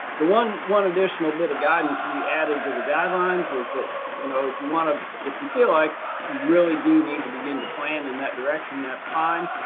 the one one additional bit of guidance we added to the guidelines was that you know if you want to if you feel like you really do need to begin to plan in that direction that's fine,